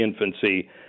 infancy